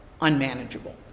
unmanageable